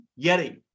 Yeti